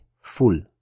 Full